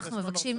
אנחנו מבקשים,